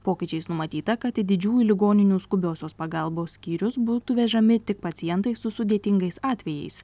pokyčiais numatyta kad į didžiųjų ligoninių skubiosios pagalbos skyrius būtų vežami tik pacientai su sudėtingais atvejais